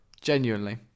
genuinely